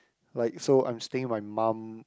like so I'm staying with my mum